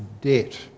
debt